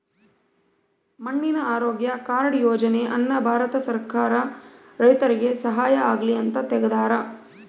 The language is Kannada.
ಮಣ್ಣಿನ ಆರೋಗ್ಯ ಕಾರ್ಡ್ ಯೋಜನೆ ಅನ್ನ ಭಾರತ ಸರ್ಕಾರ ರೈತರಿಗೆ ಸಹಾಯ ಆಗ್ಲಿ ಅಂತ ತೆಗ್ದಾರ